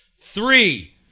Three